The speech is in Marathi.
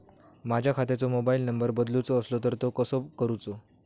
माझ्या खात्याचो मोबाईल नंबर बदलुचो असलो तर तो कसो करूचो?